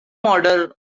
model